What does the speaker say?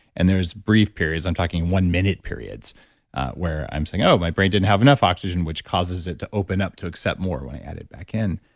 and there's brief periods. i'm talking one minute periods where i'm saying, oh, my brain didn't have enough oxygen which causes it to open up to accept more when i added back in.